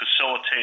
facilitate